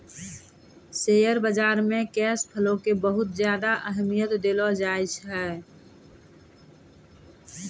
share बाजार मे cash flow के बहुत ज्यादा अहमियत देलो जाए छै